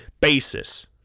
basis